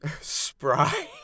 Spry